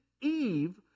Eve